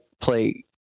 play